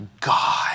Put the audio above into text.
God